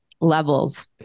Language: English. levels